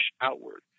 outward